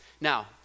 Now